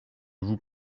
vous